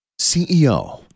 CEO